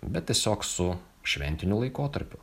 bet tiesiog su šventiniu laikotarpiu